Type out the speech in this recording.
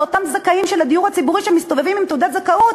לאותם זכאים של הדיור הציבורי שמסתובבים עם תעודת זכאות